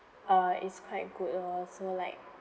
uh is quite good lor so like